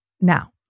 Now